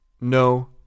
No